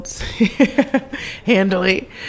handily